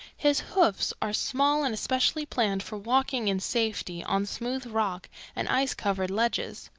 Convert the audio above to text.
his hoofs are small and especially planned for walking in safety on smooth rock and ice-covered ledges.